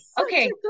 okay